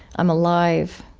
i'm alive,